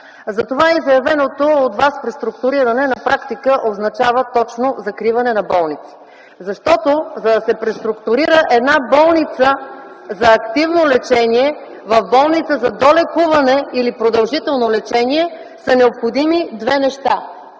Затова и заявеното от Вас преструктуриране на практика означава точно закриване на болници. (Шум и реплики от ГЕРБ.) Защото, за да се преструктурира една болница за активно лечение в болница за долекуване или продължително лечение са необходими две неща: